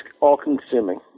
all-consuming